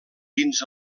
dins